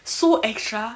so extra